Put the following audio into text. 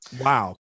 wow